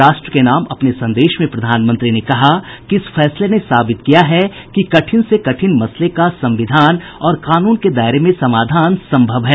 राष्ट्र के नाम अपने संदेश में प्रधानमंत्री ने कहा कि इस फैसले ने साबित किया है कि कठिन से कठिन मसले का संविधान और कानून के दायरे में समाधान संभव है